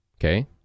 okay